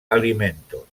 alimentos